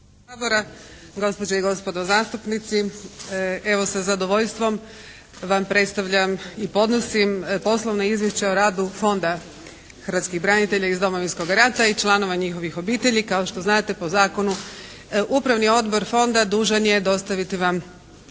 sabora, gospođe i gospodo zastupnici. Evo sa zadovoljstvom vam predstavljam i podnosim poslovna izvješća o radu Fonda hrvatskih branitelja iz Domovinskog rata i članova njihovih obitelji. Kao što znate po zakonu Upravni odbor fonda dužan je dostaviti vam